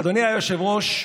אדוני היושב-ראש,